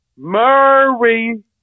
Murray